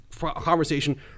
conversation